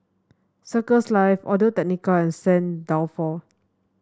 Circles Life Audio Technica and Saint Dalfour